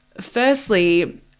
Firstly